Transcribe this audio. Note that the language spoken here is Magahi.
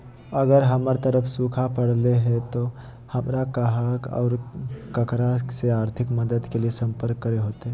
अगर हमर तरफ सुखा परले है तो, हमरा कहा और ककरा से आर्थिक मदद के लिए सम्पर्क करे होतय?